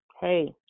hey